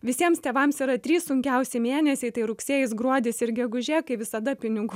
visiems tėvams yra trys sunkiausi mėnesiai rugsėjis gruodis ir gegužė kai visada pinigų